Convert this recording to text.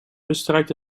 bestrijkt